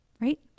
right